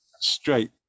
straight